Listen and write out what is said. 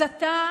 הסתה